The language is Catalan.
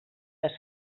les